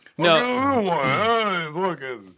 No